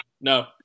No